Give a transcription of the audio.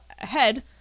ahead